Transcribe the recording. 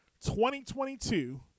2022